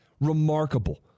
Remarkable